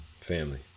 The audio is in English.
Family